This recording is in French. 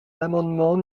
l’amendement